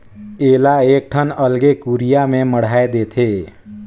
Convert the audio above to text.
एला एकठन अलगे कुरिया में मढ़ाए देथे